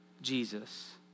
Jesus